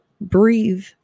breathe